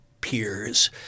peers